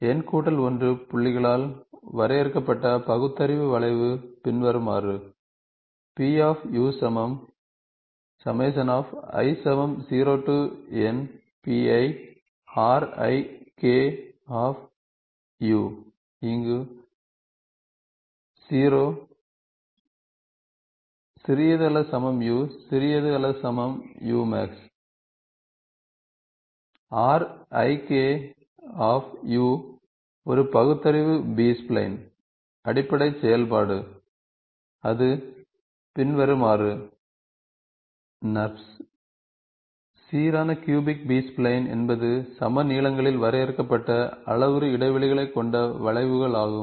n1 புள்ளிகளால் வரையறுக்கப்பட்ட பகுத்தறிவு வளைவு பின்வருமாறு Rik ஒரு பகுத்தறிவு பி ஸ்பைலைன் அடிப்படை செயல்பாடு அது பின்வருமாறு நர்ப்ஸ் சீரான க்யூபிக் பி ஸ்ப்லைன் என்பது சம நீளங்களில் வரையறுக்கப்பட்ட அளவுரு இடைவெளிகளைக் கொண்ட வளைவுகள் ஆகும்